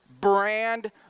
Brand